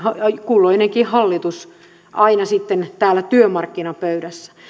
kulloinenkin hallitus aina sitten täällä työmarkkinapöydässä